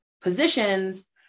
positions